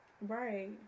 Right